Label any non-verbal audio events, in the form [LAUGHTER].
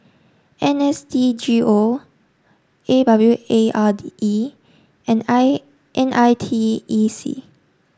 N S D G O A W A R [UNINTELLIGIBLE] E and I N I T E C